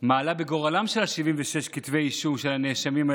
מה עלה בגורלם של 76 כתבי האישום האלו?